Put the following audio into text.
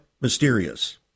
mysterious